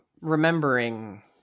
Remembering